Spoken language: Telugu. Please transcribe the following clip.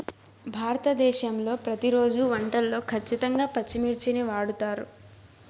భారతదేశంలో ప్రతిరోజు వంటల్లో ఖచ్చితంగా పచ్చిమిర్చిని వాడుతారు